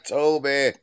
Toby